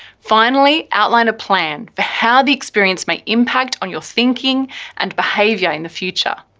finally, outline a plan for how the experience may impact on your thinking and behavior in the future.